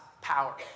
power